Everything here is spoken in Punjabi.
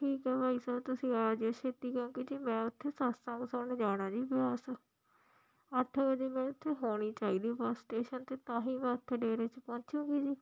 ਠੀਕ ਹੈ ਭਾਈ ਸਾਹਿਬ ਤੁਸੀਂ ਆ ਜਿਓ ਛੇਤੀ ਕਿਉਂਕਿ ਜੀ ਮੈਂ ਉਥੇ ਸਤਿਸੰਗ ਸੁਣਨ ਜਾਣਾ ਜੀ ਅੱਠ ਵਜੇ ਮੈਂ ਉੱਥੇ ਹੋਣੀ ਚਾਹੀਦੀ ਬੱਸ ਸਟੇਸ਼ਨ 'ਤੇ ਤਾਂ ਹੀ ਮੈਂ ਉਥੇ ਡੇਰੇ 'ਚ ਪਹੁੰਚੂਗੀ ਜੀ